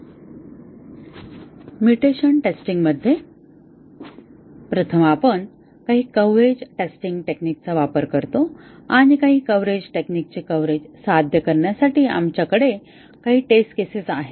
mutation testing मध्ये प्रथम आपण काही कव्हरेज टेस्टिंग टेक्निकचा वापर करतो आणि काही कव्हरेज टेक्निकचे कव्हरेज साध्य करण्यासाठी आमच्याकडे काही टेस्ट केसेस आहेत